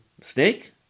snake